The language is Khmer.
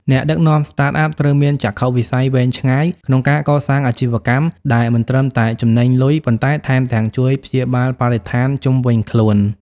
អ្នកដឹកនាំ Startup ត្រូវមានចក្ខុវិស័យវែងឆ្ងាយក្នុងការកសាងអាជីវកម្មដែលមិនត្រឹមតែចំណេញលុយ ប៉ុន្តែថែមទាំងជួយព្យាបាលបរិស្ថានជុំវិញខ្លួន។